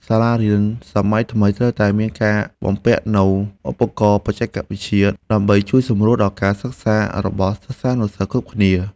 សាលារៀនសម័យថ្មីត្រូវតែមានការបំពាក់នូវឧបករណ៍បច្ចេកវិទ្យា ដើម្បីជួយសម្រួលដល់ការសិក្សារបស់សិស្សានុសិស្សគ្រប់គ្នា។